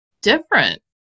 different